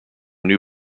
new